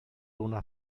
una